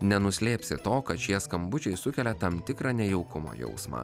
nenuslėpsi to kad šie skambučiai sukelia tam tikrą nejaukumo jausmą